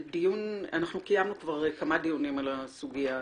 אנחנו קיימנו כבר כמה דיונים שעסקו בסוגיה זו.